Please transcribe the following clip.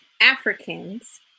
Africans